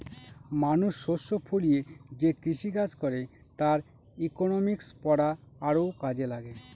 মানুষ শস্য ফলিয়ে যে কৃষিকাজ করে তার ইকনমিক্স পড়া আরও কাজে লাগে